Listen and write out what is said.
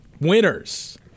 Winners